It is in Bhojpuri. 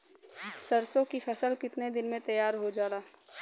सरसों की फसल कितने दिन में तैयार हो जाला?